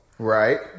Right